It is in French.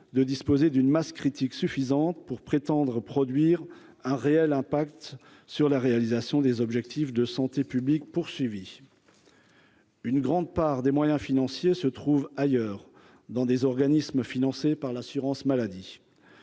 de disposer d'une masse critique suffisante pour prétendre produire un réel impact sur la réalisation des objectifs de santé publique poursuivi. Une grande part des moyens financiers se trouve ailleurs, dans des organismes financés par l'assurance maladie,